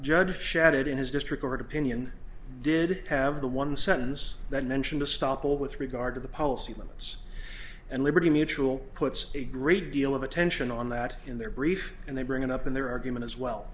judge shadid in his district court opinion did have the one sentence that mentioned a stop well with regard to the policy limits and liberty mutual puts a great deal of attention on that in their brief and they bring it up in their argument as well